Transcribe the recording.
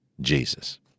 Jesus